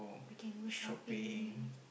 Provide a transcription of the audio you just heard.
we can go shopping